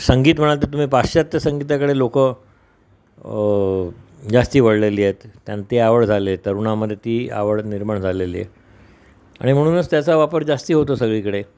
संगीत म्हणा तुम्ही पाश्चात्य संगीताकडे लोकं जास्ती वळलेली आहेत त्यांना आवड झाली आहे तरुणामध्ये ती आवड निर्माण झालेली आहे आणि म्हणूनच त्याचा वापर जास्ती होतो सगळीकडे